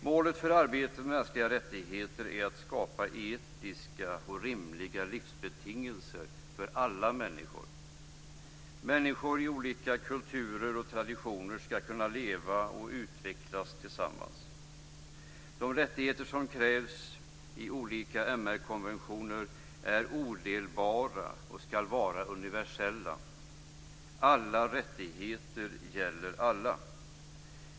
Målet för arbetet med mänskliga rättigheter är att skapa etiska och rimliga livsbetingelser för alla människor. Människor med olika kulturer och traditioner ska kunna leva och utvecklas tillsammans. De rättigheter som krävs i olika MR-konventioner är odelbara och ska vara universella. Alla rättigheter gäller alla.